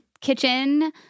kitchen